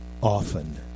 often